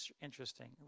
Interesting